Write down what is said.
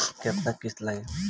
केतना किस्त लागी?